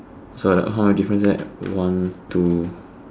so like that how many difference there one two